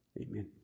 Amen